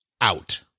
out